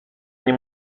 nie